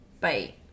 Bye